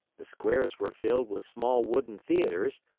the squares were filled with small wooden theaters,